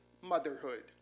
motherhood